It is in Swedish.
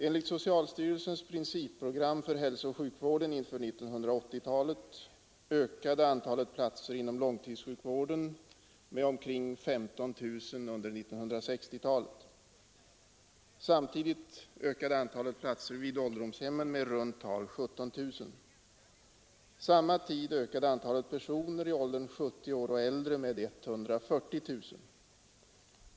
Enligt socialstyrelsens principprogram för hälsooch sjukvården inför 1980-talet ökade antalet platser inom långtidssjukvården med omkring 15 000 under 1960-talet. Samtidigt ökade antalet platser vid ålderdomshemmen med i runt tal 17 000. Samma tid ökade antalet personer i åldern 70 år och äldre med 140 000.